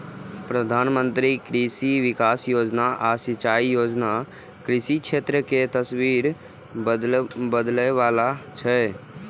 प्रधानमंत्री कृषि विकास योजना आ सिंचाई योजना कृषि क्षेत्र के तस्वीर बदलै बला छै